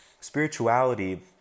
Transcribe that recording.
spirituality